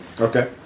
Okay